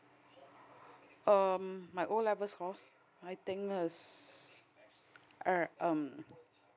um my O levels course I think as uh um